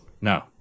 no